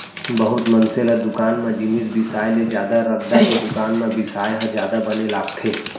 बहुत मनसे ल दुकान म जिनिस बिसाय ले जादा रद्दा के दुकान म बिसाय ह जादा बने लागथे